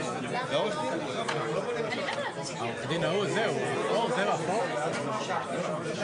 זה היום ידוע.